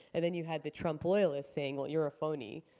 and then you had the trump loyalists saying, well, you're a phony.